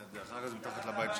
דרך אגב, זה מתחת לבית שלי.